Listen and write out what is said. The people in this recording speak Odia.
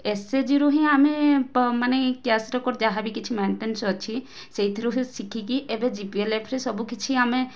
ଏସଏସଜି ରୁ ହିଁ ଆମେ ପ ମାନେ କ୍ୟାସ ରେକର୍ଡ଼ ଯାହା ବି କିଛି ମେଣ୍ଟନ୍ସ ଅଛି ସେଇଥିରୁ ହିଁ ଶିଖିକି ଏବେ ଯିବିଏଲଏଫ ରେ ସବୁକିଛି ଆମେ